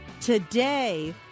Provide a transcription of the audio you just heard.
Today